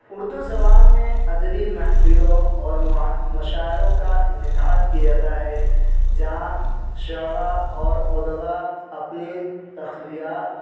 اردو زبان میں ادبی محفلوں اور مشاعروں کا انعقاد کیا جاتا ہے جہاں شعرا اور ادبا اپنے تخلیقات